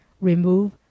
Remove